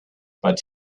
but